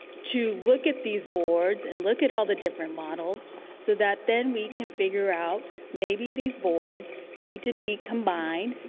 to look at these boards and look at all the different models so that then we can figure out maybe these boards need to be combined,